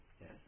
Yes